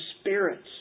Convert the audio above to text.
spirits